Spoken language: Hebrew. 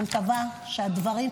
אני מקווה שהדברים,